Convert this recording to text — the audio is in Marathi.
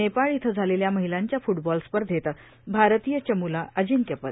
नेपाळ इथं झालेल्या महिलांच्या फुटबॉल स्पर्धेत भारतीय चमुला अजिंक्यपद